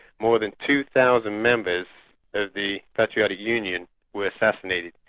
more than two thousand members of the patriotic union were assassinated,